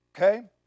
Okay